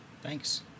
Thanks